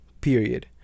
period